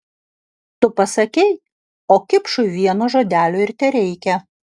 tu pasakei o kipšui vieno žodelio ir tereikia